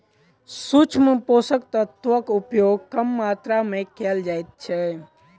सूक्ष्म पोषक तत्वक उपयोग कम मात्रा मे कयल जाइत छै